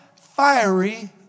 Fiery